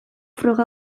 froga